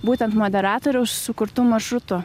būtent moderatoriaus sukurtu maršrutu